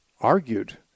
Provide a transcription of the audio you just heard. argued